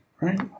right